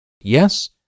Yes